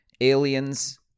Aliens